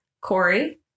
Corey